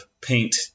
paint